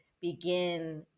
begin